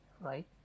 right